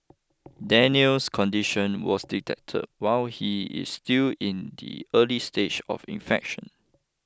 Daniel's condition was detected while he is still in the early stage of infection